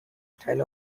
style